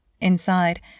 Inside